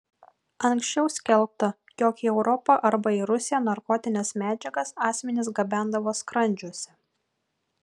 anksčiau skelbta jog į europą arba į rusiją narkotines medžiagas asmenys gabendavo skrandžiuose